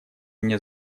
мне